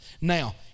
Now